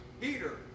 Peter